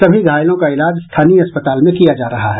सभी घायलों का इलाज स्थानीय अस्पताल में किया जा रहा है